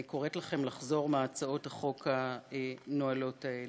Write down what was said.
אני קוראת לכם לחזור מהצעות החוק הנואלות האלה.